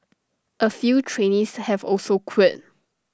A few trainees have also quit